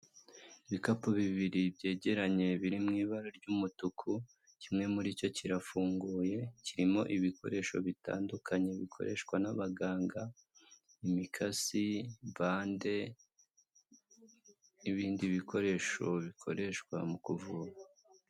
Ibikapu bibiri byegeranye biri mu ibara ry'umutuku kimwe muri cyo kirafunguye, kirimo ibikoresho bitandukanye bikoreshwa n'abaganga; imikasi, bande, n'ibindi bikoresho bikoreshwa mu kuvura.